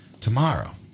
tomorrow